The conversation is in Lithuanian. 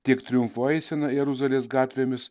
tiek triumfo eisena jeruzalės gatvėmis